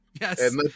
Yes